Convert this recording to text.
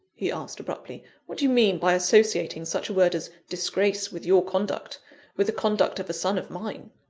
he asked abruptly what do you mean by associating such a word as disgrace with your conduct with the conduct of a son of mine?